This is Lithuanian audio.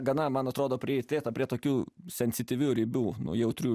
gana man atrodo priartėta prie tokių sensityvių ribų nuo jautrių